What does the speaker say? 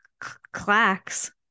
clacks